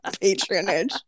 patronage